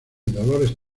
dolores